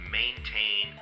maintain